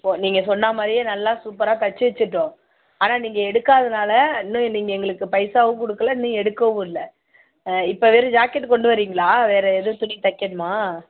ஓ நீங்கள் சொன்னாமாதிரியே நல்லா சூப்பராக தச்சு வச்சிவிட்டோம் ஆனால் நீங்கள் எடுக்காததுனால இன்னும் நீங்கள் எங்களுக்கு பைசாவும் கொடுக்கல இன்னும் எடுக்கவும் இல்லை ஆ இப்போ வெறும் ஜாக்கெட்டு கொண்டு வரீங்களா வேறு எதுவும் துணி தைக்கணுமா